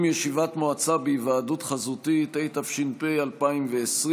(קיום ישיבת מועצה בהיוועדות חזותית), התש"ף 2020,